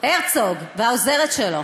הרצוג והעוזרת שלו.